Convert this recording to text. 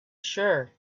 sure